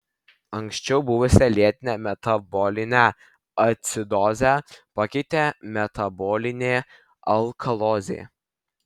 anksčiau buvusią lėtinę metabolinę acidozę pakeitė metabolinė alkalozė